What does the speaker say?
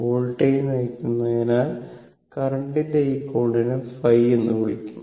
voltage നയിക്കുന്നതിനാൽ കറന്റിന്റെ ഈ കോണിനെ ϕ എന്ന് വിളിക്കും